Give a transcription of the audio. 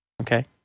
Okay